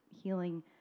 healing